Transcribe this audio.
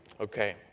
Okay